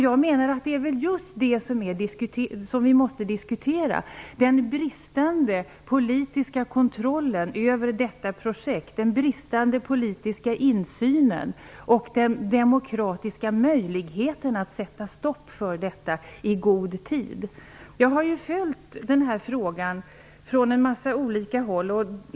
Jag menar att det är just det som vi måste diskutera, nämligen den bristande politiska kontrollen över detta projekt, den bristande politiska insynen och den demokratiska möjligheten att sätta stopp för detta i god tid. Jag har följt den här frågan från olika håll.